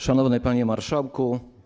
Szanowny Panie Marszałku!